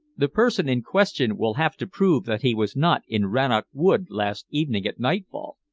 the person in question will have to prove that he was not in rannoch wood last evening at nightfall.